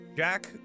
Jack